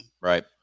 right